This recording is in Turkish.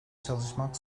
çalışmak